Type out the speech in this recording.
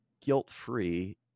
guilt-free